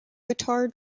guitar